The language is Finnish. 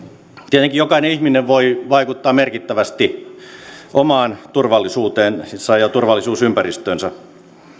tietenkin jokainen ihminen voi vaikuttaa merkittävästi omaan turvallisuuteensa ja turvallisuusympäristöönsä